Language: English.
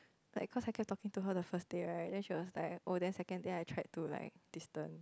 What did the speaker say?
like cause I kept talking to her the first day right then she was like oh then second day I tried to like distant